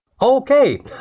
Okay